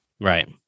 Right